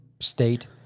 State